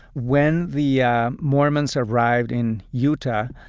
when the yeah mormons arrived in utah,